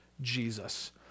Jesus